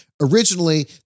Originally